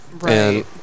Right